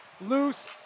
loose